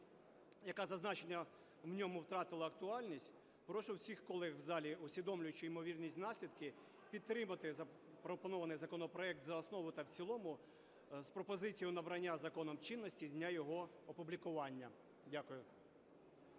яка зазначена в ньому, втратила актуальність, прошу всіх колег в залі, усвідомлюючи ймовірні наслідки, підтримати запропонований законопроект за основу та в цілому з пропозицією набрання законом чинності з дня його опублікування. Дякую.